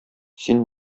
син